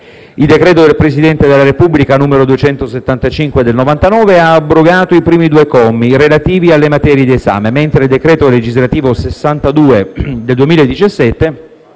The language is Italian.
Il decreto del Presidente della Repubblica n. 275 del 1999 ha abrogato i primi due commi, relativi alle materie di esame, mentre il decreto legislativo n. 62 del 2017